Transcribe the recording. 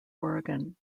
oregon